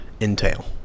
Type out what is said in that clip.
entail